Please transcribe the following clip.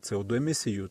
co du emisijų